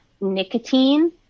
Nicotine